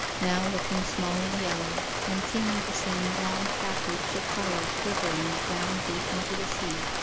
now looking small and yellow, and seeming to send long tap-roots of fire quivering down deep into the sea.